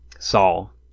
saul